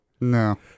no